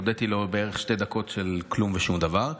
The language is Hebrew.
הודיתי לו בערך שתי דקות של כלום ושום דבר.